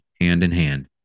hand-in-hand